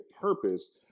purpose